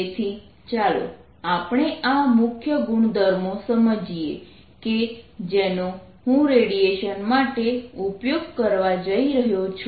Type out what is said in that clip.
તેથી ચાલો આપણે આ મુખ્ય ગુણધર્મો સમજીએ કે જેનો હું રેડિયેશન માટે ઉપયોગ કરવા જઈ રહ્યો છું